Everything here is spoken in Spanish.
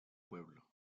pueblo